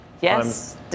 Yes